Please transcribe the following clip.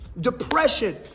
Depression